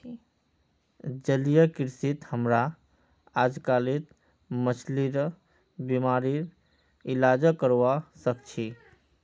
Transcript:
जलीय कृषित हमरा अजकालित मछलिर बीमारिर इलाजो करवा सख छि